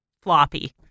floppy